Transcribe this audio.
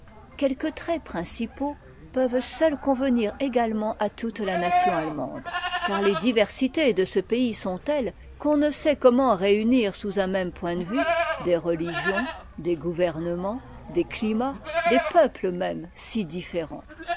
quelques traits principaux peuvent seuls convenir également à toute la nation allemande car les diversités de ce pays sont tettes qu'on ne sait comment réunir sous un même point de vue des religions des gouvernements des climats des peuples même si différents